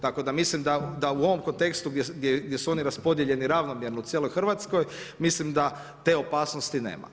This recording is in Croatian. Tako da mislim da u ovom kontekstu gdje su oni raspodijeljeni ravnomjerno u cijeloj Hrvatskoj, mislim da te opasnosti nema.